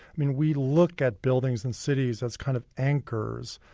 i mean, we look at buildings and cities as kind of anchors,